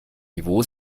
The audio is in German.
niveau